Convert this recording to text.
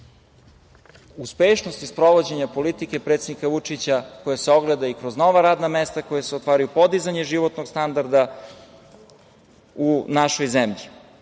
uspešnosti sprovođenja politike predsednika Vučića koja se ogleda kroz nova radna mesta koja se otvaraju, podizanje životnog standarda u našoj zemlji. Pored